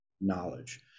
knowledge